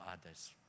others